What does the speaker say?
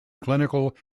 clinical